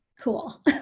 cool